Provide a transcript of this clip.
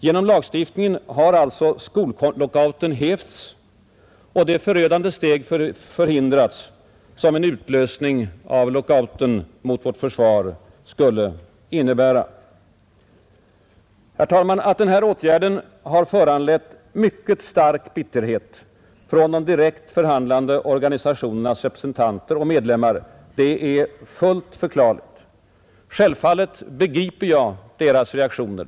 Genom lagstiftningen har alltså skollockouten hävts och det förödande steg förhindrats som en utlösning av lockouten mot vårt försvar skulle innebära. Herr talman! Att åtgärden har föranlett mycket stark bitterhet från de direkt förhandlande organisationernas representanter och medlemmar är fullt förklarligt. Självfallet begriper jag deras reaktioner.